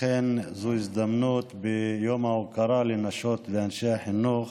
אכן זו הזדמנות ביום ההוקרה לאנשי החינוך